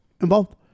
Involved